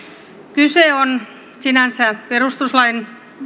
kyse on sinänsä perustuslain